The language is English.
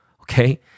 okay